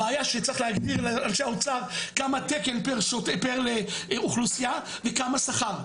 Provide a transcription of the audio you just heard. הבעיה שצריך להגדיר לאנשי האוצר כמה תקן פר אוכלוסייה וכמה שכר.